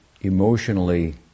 emotionally